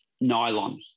nylon